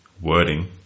wording